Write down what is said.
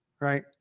Right